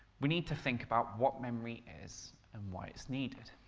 we need to think about what memory is, and why it's needed.